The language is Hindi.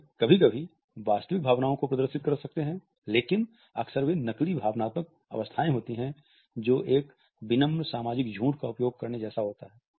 वे कभी कभी वास्तविक भावनाओं को भी प्रदर्शित कर सकते हैं लेकिन अक्सर वे नकली भावनात्मक अवस्थाएं होती हैं जो एक विनम्र सामाजिक झूठ का उपयोग करने जैसा होता है